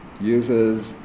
uses